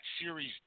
series